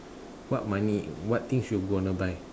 what money what things you gonna buy